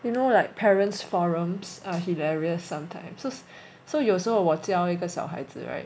you know like parents forums are hilarious sometimes so so 有时候我教一个小孩子 [right]